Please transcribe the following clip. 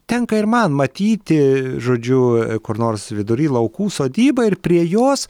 tenka ir man matyti žodžiu kur nors vidury laukų sodybą ir prie jos